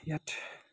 ইয়াত